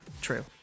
True